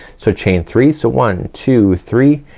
so chain three. so one two three.